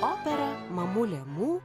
opera mamulė mū